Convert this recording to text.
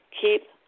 keep